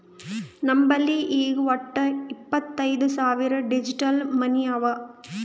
ನಮ್ ಬಲ್ಲಿ ಈಗ್ ವಟ್ಟ ಇಪ್ಪತೈದ್ ಸಾವಿರ್ ಡಿಜಿಟಲ್ ಮನಿ ಅವಾ